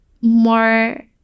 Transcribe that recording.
more